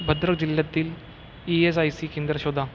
भद्रक जिल्ह्यातील E S I C केंद्र शोधा